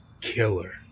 killer